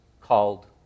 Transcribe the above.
called